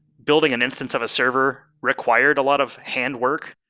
building an instance of a server required a lot of handwork.